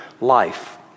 life